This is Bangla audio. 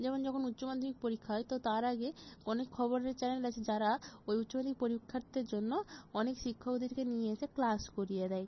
যেমন যখন উচ্চমাধ্যমিক পরীক্ষা হয় তো তার আগে অনেক খবরের চ্যানেল আছে যারা ওই উচ্চমাধ্যমিক পরীক্ষার্থীর জন্য অনেক শিক্ষকদেরকে নিয়ে এসে ক্লাস করিয়ে দেয়